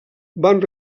van